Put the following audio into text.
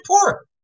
poor